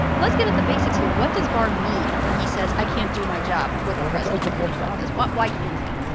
let's get at the basics here. what does barr mean when he says, i can't do my job with the president tweeting like this? why can't he?